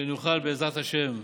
כדי שנוכל, בעזרת השם,